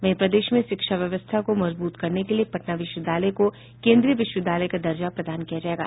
वहीं प्रदेश में शिक्षा व्यवस्था को मजबूत करने के लिए पटना विश्वविद्यालय को केन्द्रीय विश्वविद्यालय का दर्जा प्रदान किया जाएगा